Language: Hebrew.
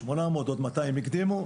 800, עוד 200 הקדימו.